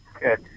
good